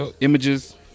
images